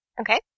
Okay